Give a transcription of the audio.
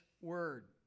word